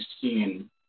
seen